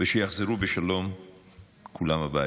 ושכולם יחזרו בשלום הביתה.